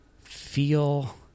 feel